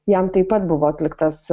jam taip pat buvo atliktas